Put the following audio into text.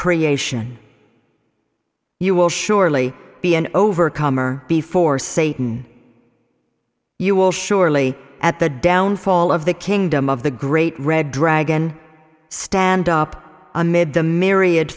creation you will surely be an overcomer before satan you will surely at the downfall of the kingdom of the great red dragon stand up amid the myriad